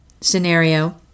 scenario